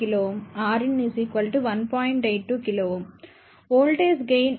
82k voltage gain Av 114